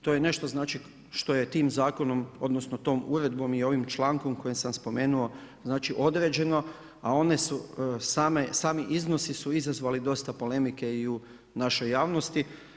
To je nešto što je tim zakonom odnosno tom uredbom i ovim člankom koji sam spomenuo određeno, a sami iznosi su izazvali dosta polemike i u našoj javnosti.